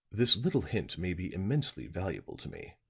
this little hint may be immensely valuable to me.